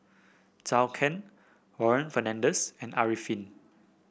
Zhou Can Warren Fernandez and Arifin